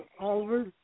Oliver